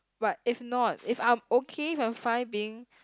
but if not if I am okay if I am fine being